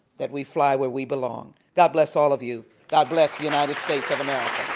that we fly where we belong. god bless all of you. god bless the united states of america.